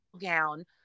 gown